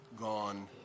gone